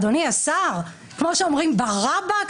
אדוני השר כמו שאומרים "ברבאק"?